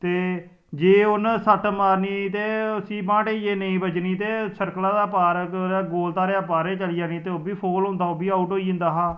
ते जे उनें सट्ट मारनी ते उसी बांह्टे गी जे नेई बज्जनी ते सर्कला दे पार कुतै गोल धारे दे पार गै चली जानी ते ओह् बी फोल होंदा ओह् बी आउट होई जंदा हा